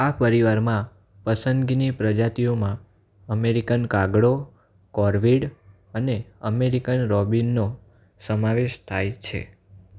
આ પરિવારમાં પસંદગીની પ્રજાતિઓમાં અમેરિકન કાગડો કોર્વીડ અને અમેરિકન રોબિનનો સમાવેશ થાય છે